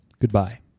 Goodbye